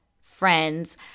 friends